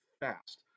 fast